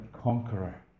conqueror